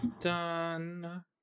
Done